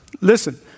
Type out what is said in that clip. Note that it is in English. Listen